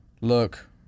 look